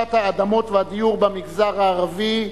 מצוקת האדמות והדיור במגזר הערבי.